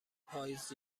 پاییز